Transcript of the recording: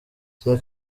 icya